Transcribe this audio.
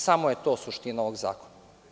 Samo je to suština ovog zakona.